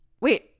Wait